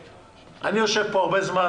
אני יושב בוועדה הרבה זמן,